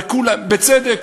בצדק.